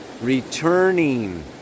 returning